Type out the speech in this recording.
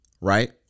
right